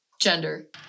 gender